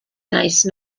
nice